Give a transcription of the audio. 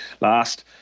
last